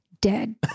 dead